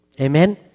Amen